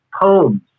poems